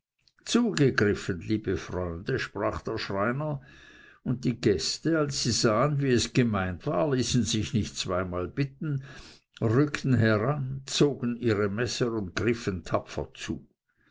zugegriffen liebe freunde sprach der schreiner und die gäste als sie sahen wie es gemeint war ließen sich nicht zweimal bitten rückten heran zogen ihre messer und griffen tapfer zu